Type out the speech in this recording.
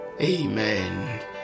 Amen